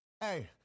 Hey